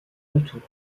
retour